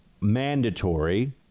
mandatory